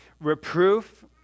reproof